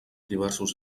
diversos